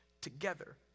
together